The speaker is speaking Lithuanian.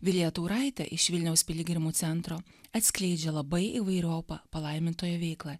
vilija tauraitė iš vilniaus piligrimų centro atskleidžia labai įvairiopą palaimintojo veiklą